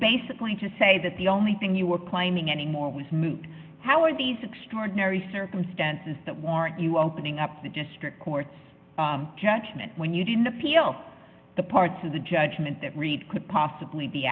basically to say that the only thing you were claiming any more was moot how were these extraordinary circumstances that warrant you opening up the district court's judgment when you didn't appeal the parts of the judgment that read could possibly be